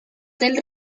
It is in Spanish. del